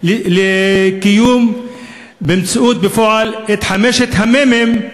לקיים במציאות, בפועל, את חמשת המ"מים,